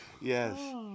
Yes